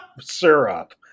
syrup